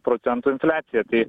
procentų infliaciją tai